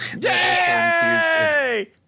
Yay